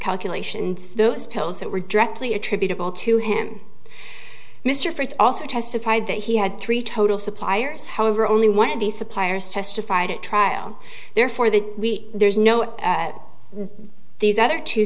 calculations those pills that were directly attributable to him mr fritz also testified that he had three total suppliers however only one of these suppliers testified at trial therefore that we there's no that these other two